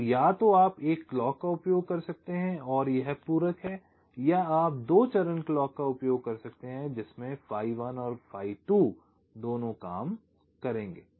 तो या तो आप एक क्लॉक का उपयोग कर सकते हैं और यह पूरक है या आप दो चरण क्लॉक का उपयोग कर सकते हैं जिसमे phi 1 और phi 2 दोनों काम करेंगे